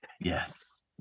yes